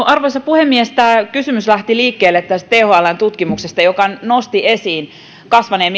arvoisa puhemies tämä kysymys lähti liikkeelle tästä thln tutkimuksesta joka nosti esiin mielenterveyspalveluiden kasvaneen